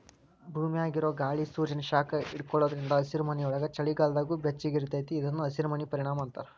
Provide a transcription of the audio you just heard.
ಭೂಮ್ಯಾಗಿರೊ ಗಾಳಿ ಸೂರ್ಯಾನ ಶಾಖ ಹಿಡ್ಕೊಳೋದ್ರಿಂದ ಹಸಿರುಮನಿಯೊಳಗ ಚಳಿಗಾಲದಾಗೂ ಬೆಚ್ಚಗಿರತೇತಿ ಇದನ್ನ ಹಸಿರಮನಿ ಪರಿಣಾಮ ಅಂತಾರ